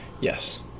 Yes